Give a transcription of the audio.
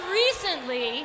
recently